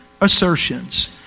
assertions